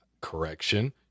correction